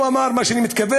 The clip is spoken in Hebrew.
הוא אמר, מה שאני מתכוון,